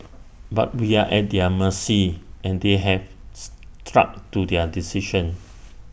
but we are at their mercy and they have struck to their decision